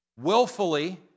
Willfully